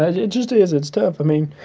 but it just is it's tough. i mean,